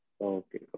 Okay